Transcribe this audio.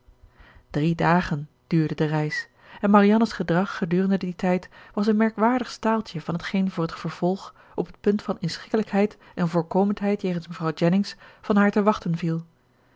drie dagen duurde de reis en marianne's gedrag gedurende dien tijd was een merkwaardig staaltje van t geen voor het vervolg op het punt van inschikkelijkheid en voorkomendheid jegens mevrouw jennings van haar te wachten viel